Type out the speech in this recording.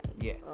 Yes